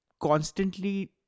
constantly